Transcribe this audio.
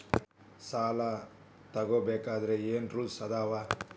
ಸಾಲ ತಗೋ ಬೇಕಾದ್ರೆ ಏನ್ ರೂಲ್ಸ್ ಅದಾವ?